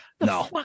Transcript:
No